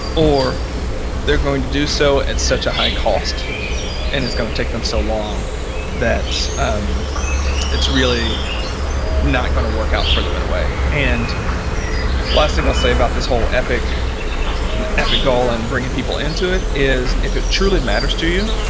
or they're going to do so at such a high cost and it's going to take them so long that um it's really not going to work out for them in a way and last thing i'll say about this whole epic epic goal and bringing people into it is if it truly matters to you,